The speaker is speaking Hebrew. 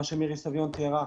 מה שמירי סביון תיארה,